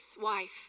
wife